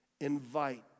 Invite